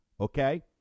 Okay